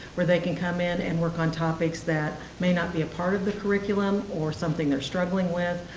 where they can come in and work on topics that may not be a part of the curriculum or something they're struggling with.